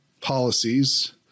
policies